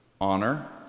honor